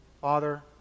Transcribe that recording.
Father